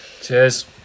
Cheers